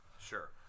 Sure